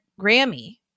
Grammy